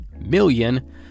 million